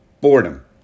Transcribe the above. boredom